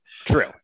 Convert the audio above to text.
True